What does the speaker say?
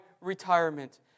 retirement